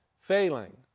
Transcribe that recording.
failing